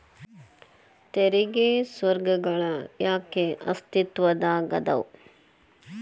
ತೆರಿಗೆ ಸ್ವರ್ಗಗಳ ಯಾಕ ಅಸ್ತಿತ್ವದಾಗದವ